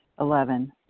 Eleven